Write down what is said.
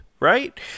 right